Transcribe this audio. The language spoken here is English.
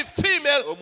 female